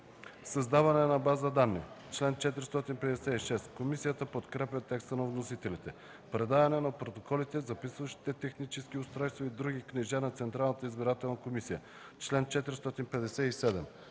„Създаване на база данни”, чл. 456. Комисията подкрепя текста на вносителите. „Предаване на протоколите, записващите технически устройства и другите книжа на Централната избирателна комисия”, чл. 457.